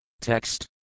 Text